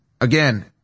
Again